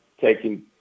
taking